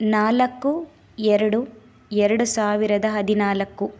ನಾಲ್ಕು ಎರಡು ಎರಡು ಸಾವಿರದ ಹದಿನಾಲ್ಕು